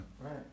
Right